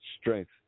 strength